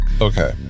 Okay